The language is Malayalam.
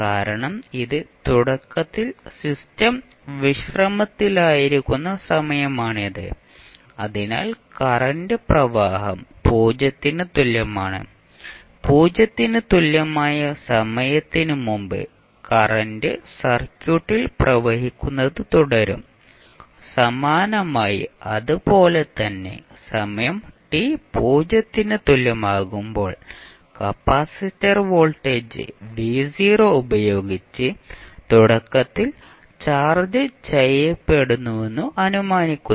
കാരണം ഇത് തുടക്കത്തിൽ സിസ്റ്റം വിശ്രമത്തിലായിരിക്കുന്ന സമയമാണിത് അതിനാൽ കറന്റ് പ്രവാഹം 0 ന് തുല്യമാണ് 0 ന് തുല്യമായ സമയത്തിന് മുമ്പ് കറന്റ് സർക്യൂട്ടിൽ പ്രവഹിക്കുന്നത് തുടരും സമാനമായി അതുപോലെ തന്നെ സമയം t 0 ന് തുല്യമാകുമ്പോൾ കപ്പാസിറ്റർ വോൾട്ടേജ് ഉപയോഗിച്ച് തുടക്കത്തിൽ ചാർജ് ചെയ്യപ്പെടുന്നുവെന്ന് അനുമാനിക്കുന്നു